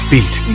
Beat